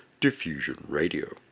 Diffusionradio